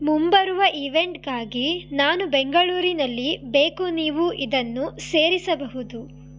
ಮುಂಬರುವ ಈವೆಂಟ್ಗಾಗಿ ನಾನು ಬೆಂಗಳೂರಿನಲ್ಲಿ ಬೇಕು ನೀವು ಇದನ್ನು ಸೇರಿಸಬಹುದು